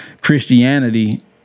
Christianity